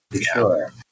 Sure